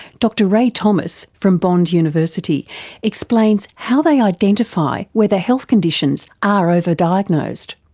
dr rae thomas from bond university explains how they identify whether health conditions are over-diagnosed.